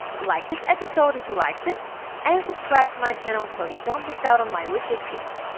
like this episode if you liked it and subscribe to my channel so you don't miss out on my weekly tips.